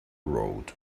road